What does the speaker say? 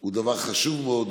הוא דבר חשוב מאוד.